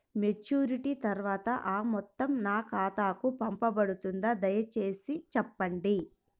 Maturity తర్వాత ఆ మొత్తం నా ఖాతాకు పంపబడుతుందా? దయచేసి చెప్పండి?